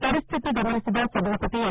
ಪರಿಸ್ಥಿತಿಯನ್ನು ಗಮನಿಸಿದ ಸಭಾಪತಿ ಎಂ